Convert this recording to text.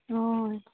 हय